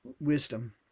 wisdom